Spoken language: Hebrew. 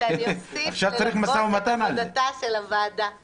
שאני אוסיף ללוות את עבודתה של הוועדה מקרוב.